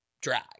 drag